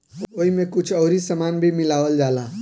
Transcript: ओइमे कुछ अउरी सामान भी मिलावल जाला